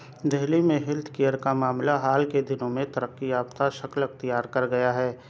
دہلی میں health care کا معاملہ حال کے دنوں میں ترقی یافتہ شکل اختیار کر گیا ہے